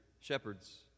shepherds